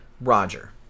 Roger